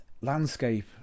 landscape